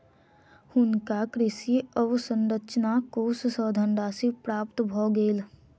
हुनका कृषि अवसंरचना कोष सँ धनराशि प्राप्त भ गेल